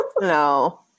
No